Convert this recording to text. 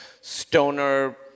stoner